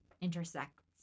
intersects